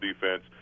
defense